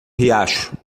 riacho